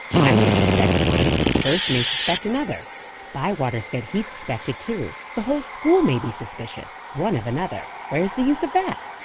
i may suspect one hurst may suspect another bywater said he suspected two the whole school may be suspicious, one of another. where's the use of that?